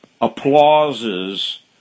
applauses